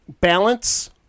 balance